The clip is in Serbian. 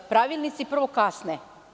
Pravilnici prvo kasne.